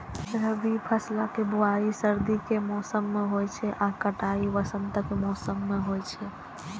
रबी फसलक बुआइ सर्दी के मौसम मे होइ छै आ कटाइ वसंतक मौसम मे होइ छै